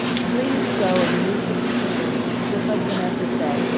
please go and use the computer. just like vanessa said,